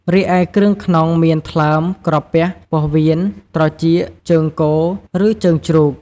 រីឯគ្រឿងក្នុងមាន ថ្លើម ក្រពះ ពោះវៀន ត្រចៀក ជើងគោ ឬជើងជ្រូក។